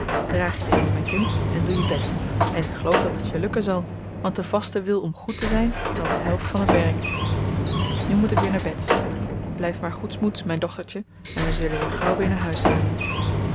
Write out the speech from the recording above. draag je ring mijn kind en doe je best en ik geloof dat het je lukken zal want de vaste wil om goed te zijn is al de helft van t werk nu moet ik weer naar bets blijf maar goedsmoeds mijn dochtertje en we zullen je gauw weer naar huis halen